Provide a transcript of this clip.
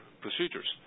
procedures